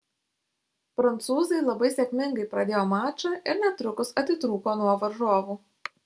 prancūzai labai sėkmingai pradėjo mačą ir netrukus atitrūko nuo varžovų